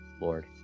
Lord